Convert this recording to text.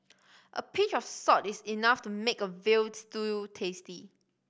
a pinch of salt is enough to make a veal stew tasty